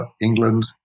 England